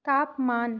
तापमान